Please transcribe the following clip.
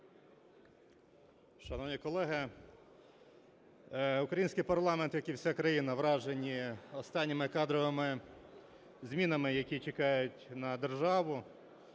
Шановні колеги, український парламент, як і вся країна, вражені останніми кадровими змінами, які чекають на державу.